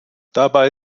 dabei